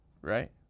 right